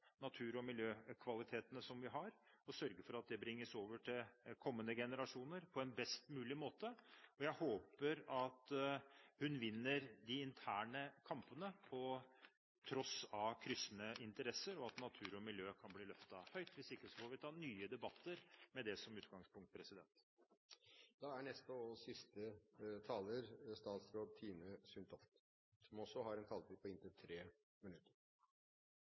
natur- og miljøkvalitetene vi har, og sørge for at det bringes over til kommende generasjoner på en best mulig måte. Jeg håper at hun vinner de interne kampene på tross av kryssende interesser, og at natur og miljø kan bli løftet høyt – hvis ikke får vi ta nye debatter med det som utgangspunkt. Jeg vil takke for debatten. Det er en viktig debatt og